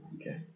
Okay